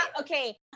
Okay